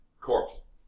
Corpse